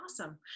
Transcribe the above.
awesome